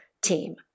team